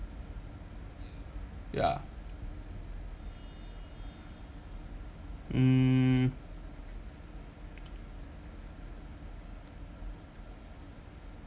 ya mm